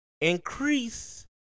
Increase